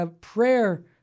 prayer